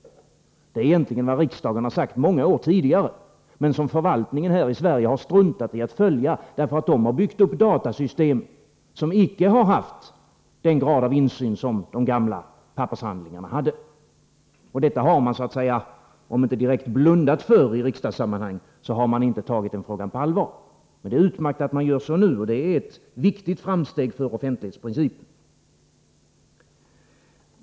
Detta är egentligen något som riksdagen har sagt många år tidigare, men som förvaltningarna här i Sverige har struntat i att följa, eftersom de har byggt upp datasystem som icke har möjliggjort den grad av insyn som de tidigare pappershandlingarna erbjöd. Detta förhållande har man i riksdagssammanhang, om än inte direkt blundat för, så dock inte tagit på allvar. Det är utmärkt att man nu gör det, och det är ett viktigt framsteg för upprätthållandet av offentlighetsprincipen.